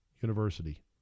university